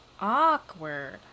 awkward